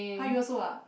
!huh! you also ah